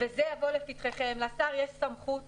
וזה יבוא לפתחכם לשר יש סמכות